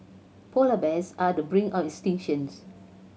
polar bears are the brink of extinctions